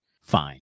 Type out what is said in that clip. fine